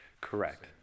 Correct